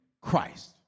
Christ